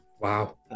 wow